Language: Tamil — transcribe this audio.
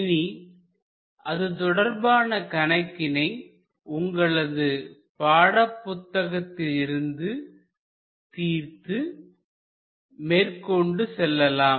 இனி அது தொடர்பான கணக்கினை உங்களது பாடப்புத்தகத்திலிருந்து தீர்த்து மேற்கொண்டு செல்லலாம்